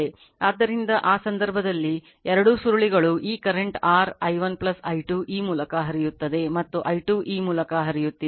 ಆದ್ದರಿಂದ ಆ ಸಂದರ್ಭದಲ್ಲಿ ಎರಡೂ ಸುರುಳಿಗಳು ಈ ಕರೆಂಟ್ r i1 i2 ಈ ಮೂಲಕ ಹರಿಯುತ್ತದೆ ಮತ್ತು i2 ಈ ಮೂಲಕ ಹರಿಯುತ್ತಿದೆ